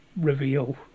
reveal